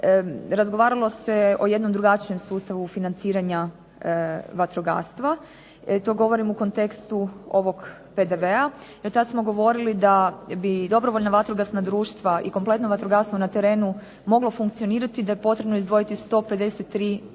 Razgovaralo se o jednom drugačije sustavu financiranja vatrogastva. To govorim u kontekstu ovog PDV-a i tad smo govorili da bi dobrovoljna vatrogasna društva i kompletno vatrogastvo na terenu moglo funkcionirati, da je potrebno izdvojiti 153